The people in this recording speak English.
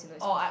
oh I